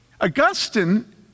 Augustine